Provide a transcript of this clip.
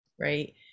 right